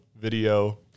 video